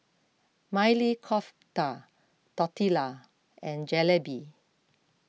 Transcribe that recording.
Maili Kofta Tortillas and Jalebi